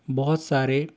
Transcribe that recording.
बहुत सारे